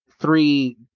three